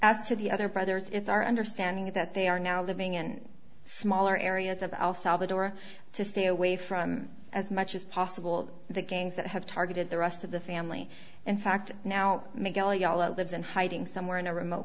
to the other brothers it's our understanding that they are now living in smaller areas of al salvador to stay away from as much as possible the gangs that have targeted the rest of the family in fact now miguel eola lives in hiding somewhere in a remote